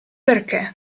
perché